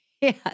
Yes